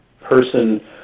person